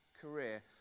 career